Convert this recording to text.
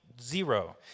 Zero